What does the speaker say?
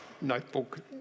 notebook